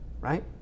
right